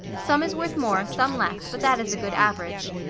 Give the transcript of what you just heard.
some is worth more, some less, but that is a good average.